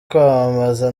kwamamaza